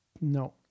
No